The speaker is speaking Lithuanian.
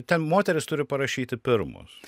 ten moterys turi parašyti pirmos